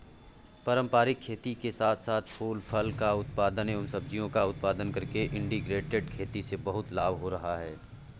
पारंपरिक खेती के साथ साथ फूल फल का उत्पादन एवं सब्जियों का उत्पादन करके इंटीग्रेटेड खेती से बहुत लाभ हो रहा है